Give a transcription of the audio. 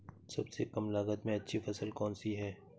सबसे कम लागत में अच्छी फसल कौन सी है?